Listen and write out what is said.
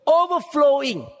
overflowing